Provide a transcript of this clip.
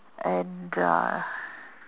and a